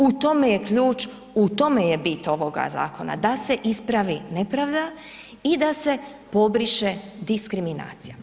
U tome je ključ, u tome je bit ovoga zakona, da se ispravi nepravda i da se pobriše diskriminacija.